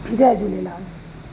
Jay Jhulelal